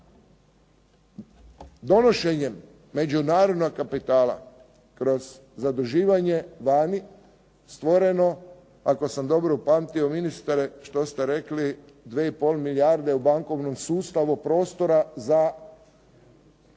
donošenjem međunarodnog kapitala kroz zaduživanje vani stvoreno, ako sam dobro upamtio ministre što ste rekli, 2 i pol milijarde u bankovnom sustavu prostora za